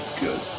good